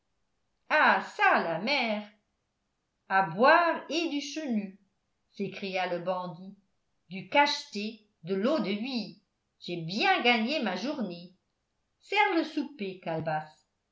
ah çà la mère à boire et du chenu s'écria le bandit du cacheté de l'eau-de-vie j'ai bien gagné ma journée sers le souper calebasse